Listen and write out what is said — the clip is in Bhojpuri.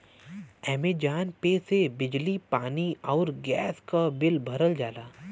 अमेजॉन पे से बिजली पानी आउर गैस क बिल भरल जाला